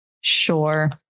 Sure